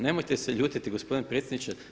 Nemojte se ljutiti gospodine predsjedniče.